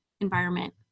environment